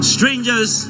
Strangers